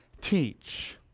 teach